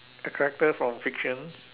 character from fictions